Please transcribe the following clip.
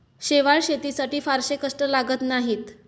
शेवाळं शेतीसाठी फारसे कष्ट लागत नाहीत